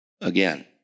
again